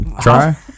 Try